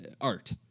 art